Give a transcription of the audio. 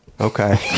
Okay